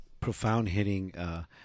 profound-hitting